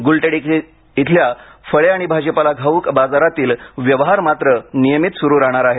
गुलटेकडी इथल्या फळे आणि भाजीपाला घाऊक बाजारातील व्यवहार मात्र नियमित सुरू राहणार आहेत